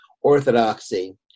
orthodoxy